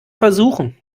versuchen